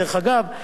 אגב,